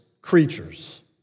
creatures